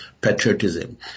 patriotism